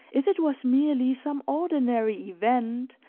if it was merely some ordinary event,